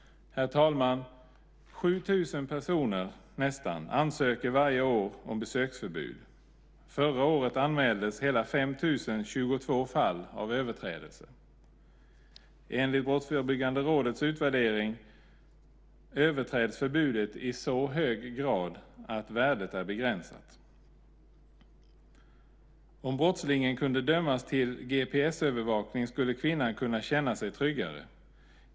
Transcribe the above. Herr talman! Närmare 7 000 personer ansöker varje år om besöksförbud. Förra året anmäldes hela 5 022 fall av överträdelse. Enligt Brottsförebyggande rådets utvärdering överträds förbudet i så hög grad att värdet är begränsat. Om brottslingen kunde dömas till GPS-övervakning skulle kvinnan kunna känna sig tryggare.